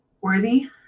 worthy